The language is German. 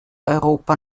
europa